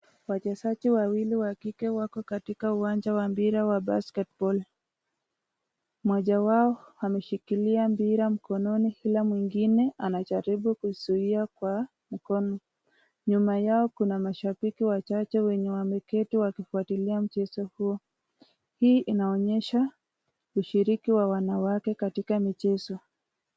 Wachezaji wawili wa kike wako katika uwanja wa mpira wa basket ball Mmoja wao ameshikilia mpira mkononi ila mwingine anajaribu kuzuia kwa mkono, nyuma yao kuna mashabiki wachache wenye wameketi wakifuatilia mchezo huo, hii inaonyesha ushiriki wa wanawake katika mchezo.